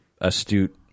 astute